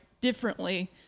differently